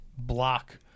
block